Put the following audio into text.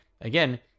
again